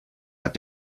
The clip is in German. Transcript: hat